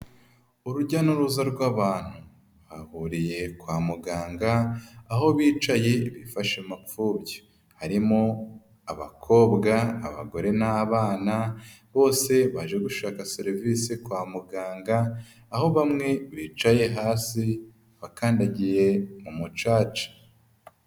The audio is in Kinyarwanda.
Urujya n'uruza rw'abantu bahuriye kwa muganga aho bicaye bifashe mapfubyi, harimo abakobwa, abagore n'abana; bose baje gushaka serivisi kwa muganga, aho bamwe bicaye hasi bakandagiye mu mucaca.